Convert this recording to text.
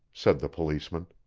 said the policeman.